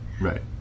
Right